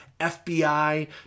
FBI